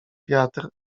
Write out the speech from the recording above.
wiatr